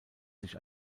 sich